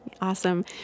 Awesome